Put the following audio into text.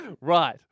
Right